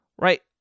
right